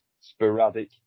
sporadic